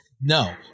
No